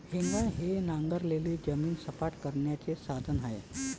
हेंगा हे नांगरलेली जमीन सपाट करण्याचे साधन आहे